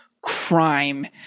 crime